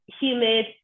humid